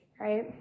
right